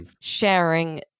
sharing